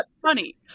funny